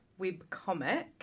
webcomic